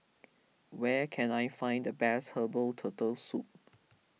where can I find the best Herbal Turtle Soup